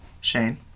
Shane